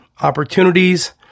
opportunities